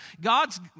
God's